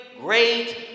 great